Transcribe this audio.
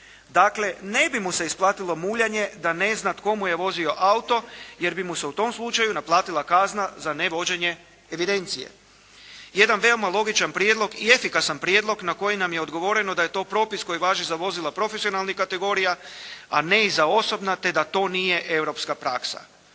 Dakle, ne bi mu se isplatilo muljanje da ne zna tko mu je vozio auto, jer bi mu se u tom slučaju naplatila kazna za ne vođenje evidencije. Jedan veoma logičan prijedlog i efikasan prijedlog na koji nam je odgovoreno da je to propis koji važi za vozila profesionalnih kategorija, a ne i za osobna, te da to nije europska praksa,